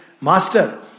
master